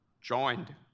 joined